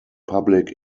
public